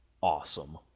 awesome